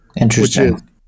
Interesting